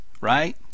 right